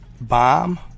bomb